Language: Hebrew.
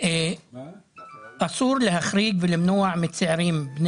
ה-28 במרץ 2022. נדון היום בהצעת חוק הגדלת